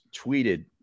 tweeted